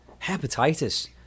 hepatitis